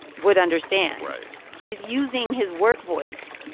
would understand right he's using his work voice.